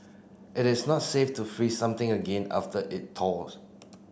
it is not safe to freeze something again after it thaws